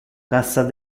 cassa